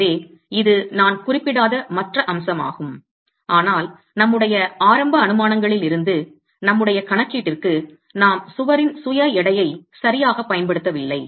எனவே இது நான் குறிப்பிடாத மற்ற அம்சமாகும் ஆனால் நம்முடைய ஆரம்ப அனுமானங்களில் இருந்தது நம்முடைய கணக்கீட்டிற்கு நாம் சுவரின் சுய எடையை சரியாகப் பயன்படுத்தவில்லை